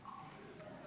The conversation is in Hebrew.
בעד,